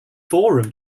forum